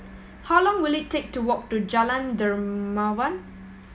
how long will it take to walk to Jalan Dermawan